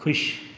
ख़ुशि